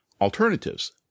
Alternatives